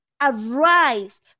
arise